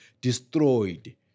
destroyed